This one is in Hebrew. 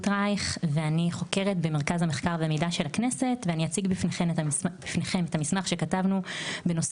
ואני אציג בפניכם את המסמך שכתבנו בנושא